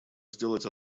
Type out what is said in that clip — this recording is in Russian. сделать